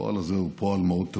הפועל הזה הוא פועל מאוד טעון.